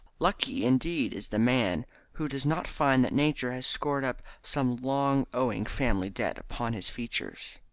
lucky indeed is the man who does not find that nature has scored up some long-owing family debt upon his features.